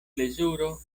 plezuro